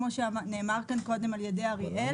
כמו שנאמר כאן קודם על ידי אריאל,